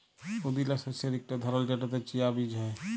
পুদিলা শস্যের ইকট ধরল যেটতে চিয়া বীজ হ্যয়